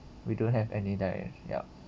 we don't have any dietary yup